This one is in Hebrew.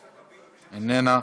איננה.